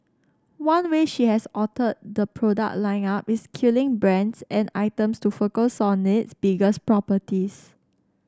one way she has altered the product lineup is killing brands and items to focus on its biggest properties